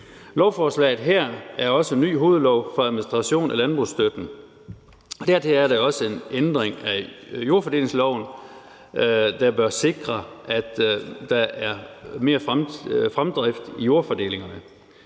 Lovforslaget her er også en ny hovedlov for administrationen af landbrugsstøtten. Dertil er der også en ændring af jordfordelingsloven, der bør sikre, at der er mere fremdrift i jordfordelingerne,